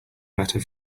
better